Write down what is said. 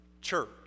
Church